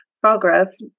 progress